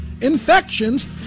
infections